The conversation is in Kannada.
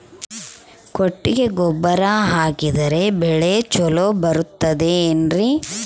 ಕೊಟ್ಟಿಗೆ ಗೊಬ್ಬರ ಹಾಕಿದರೆ ಬೆಳೆ ಚೊಲೊ ಬರುತ್ತದೆ ಏನ್ರಿ?